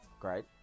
great